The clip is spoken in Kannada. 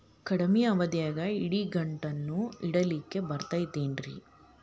ಕಡಮಿ ಅವಧಿಗೆ ಇಡಿಗಂಟನ್ನು ಇಡಲಿಕ್ಕೆ ಬರತೈತೇನ್ರೇ?